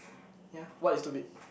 ya what is stupid